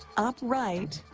upright,